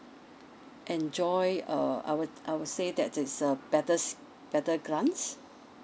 enjoy uh I would I would say that it's a better s~ better grant